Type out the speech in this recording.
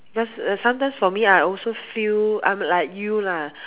because uh sometimes for me I also feel I'm like you lah